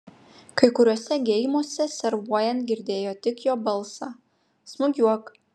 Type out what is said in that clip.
kai kuriuose geimuose servuojant girdėjo tik jo balsą smūgiuok